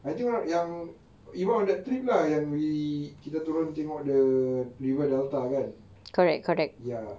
I think yang even on that trip lah yang we kita turun tengok the river delta kan ya